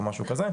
או משהו כזה,